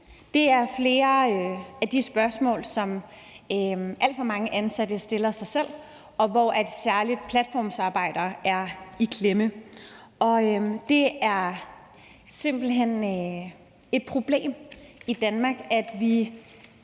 Det er nogle af de spørgsmål, som alt for mange ansatte stiller sig selv, og hvor særlig platformsarbejdere er i klemme. Det er simpelt hen et problem i Danmark, at vi